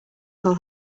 call